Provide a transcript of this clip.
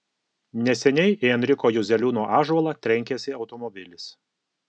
neseniai į enriko juzeliūno ąžuolą trenkėsi automobilis